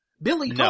Billy